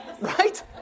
Right